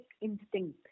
instinct